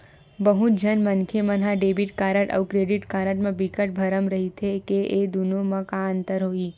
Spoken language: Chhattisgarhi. बहुत झन मनखे मन ह डेबिट कारड अउ क्रेडिट कारड म बिकट भरम रहिथे के ए दुनो म का अंतर होही?